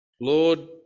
Lord